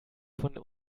von